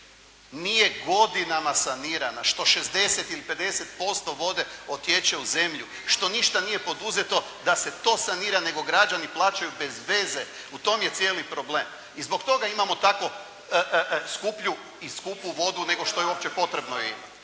nije godinama sanirana, što 60 ili 50% vode otječe u zemlju, što ništa nije poduzeto da se to sanira nego građani plaćaju bez veze u tome je cijeli problem. I zbog toga imamo tako skuplju i skupu vodu nego što je uopće potrebno imati.